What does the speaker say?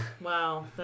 Wow